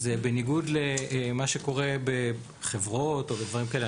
אז בניגוד למה שקורה בחברות או בדברים כאלה,